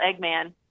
Eggman